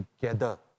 together